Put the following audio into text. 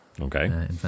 Okay